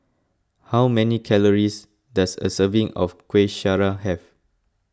how many calories does a serving of Kuih Syara have